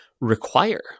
require